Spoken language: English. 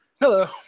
Hello